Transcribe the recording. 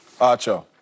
Acho